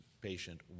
patient